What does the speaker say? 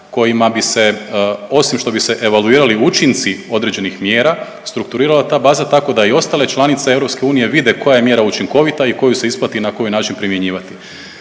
kojima bi se, osim što bi se evaluirali učinci određenih mjera, strukturirala ta baza tako i ostale članice EU vide koja je mjera učinkovita i koju se isplati na koji način primjenjivati.